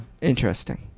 Interesting